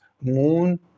moon